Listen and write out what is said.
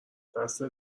دستت